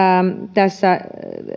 tässä